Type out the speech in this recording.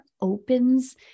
opens